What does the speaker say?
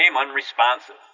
unresponsive